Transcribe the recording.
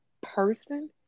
person